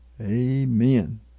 Amen